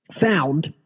found